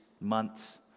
months